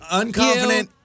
unconfident